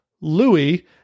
Louis